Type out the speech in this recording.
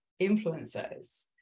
influencers